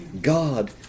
God